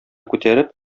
күтәреп